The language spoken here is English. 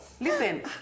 listen